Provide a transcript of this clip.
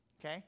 Okay